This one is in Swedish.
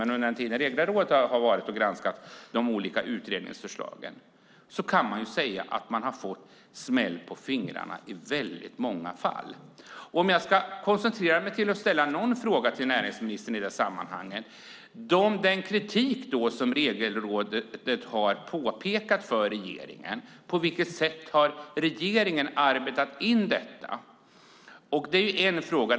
Men under den tid då Regelrådet har funnits och granskat de olika utredningsförslagen kan man säga att de i väldigt många fall fått smäll på fingrarna. Jag kanske ska koncentrera mig på att ställa någon fråga till näringsministern i det sammanhanget. När det gäller den kritik som Regelrådet har påpekat för regeringen undrar jag: På vilket sätt har regeringen arbetat in detta? Det är en fråga.